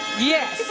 yes.